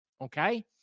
Okay